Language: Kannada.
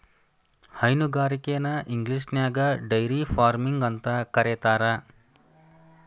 ಹೈನುಗಾರಿಕೆನ ಇಂಗ್ಲಿಷ್ನ್ಯಾಗ ಡೈರಿ ಫಾರ್ಮಿಂಗ ಅಂತ ಕರೇತಾರ